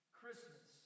christmas